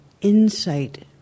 Insight